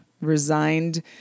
resigned